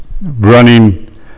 running